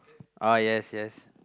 oh yes yes